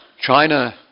China